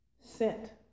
sent